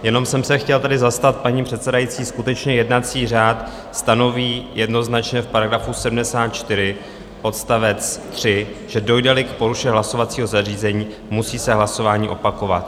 Jenom jsem se chtěl tedy zastat paní předsedající, skutečně jednací řád stanoví jednoznačně v § 74 odst. 3, že dojdeli k poruše hlasovacího zařízení, musí se hlasování opakovat.